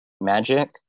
magic